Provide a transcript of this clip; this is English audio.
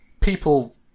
people